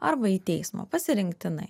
arba į teismą pasirinktinai